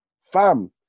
fam